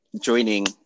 joining